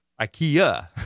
Ikea